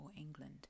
England